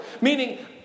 Meaning